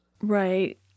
right